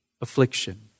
affliction